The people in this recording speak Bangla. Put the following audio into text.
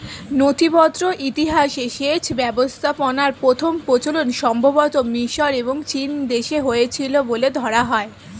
নথিবদ্ধ ইতিহাসে সেচ ব্যবস্থাপনার প্রথম প্রচলন সম্ভবতঃ মিশর এবং চীনদেশে হয়েছিল বলে ধরা হয়